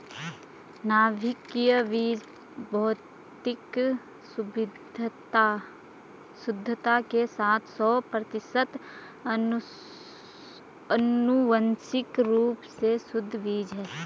नाभिकीय बीज भौतिक शुद्धता के साथ सौ प्रतिशत आनुवंशिक रूप से शुद्ध बीज है